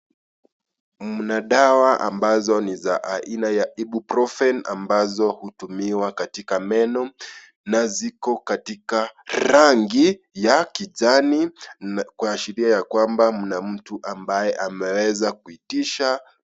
Mna dawa ambazo ni za aina ya (cs)Ibuprofen(cs) ambazo hutumiwa katika meno na ziko katika rangi ya kijani kuashiria kwamba kuna mtu ambaye ameweza kuitisha.